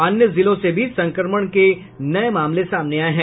अन्य जिलों से भी संक्रमण के नये मामले सामने आये हैं